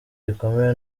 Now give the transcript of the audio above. gikomeye